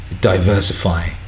Diversify